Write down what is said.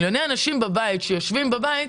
מיליוני אנשים שיושבים בבית,